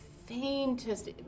faintest